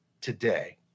today